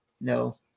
No